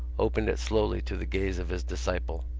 opened it slowly to the gaze of his disciple.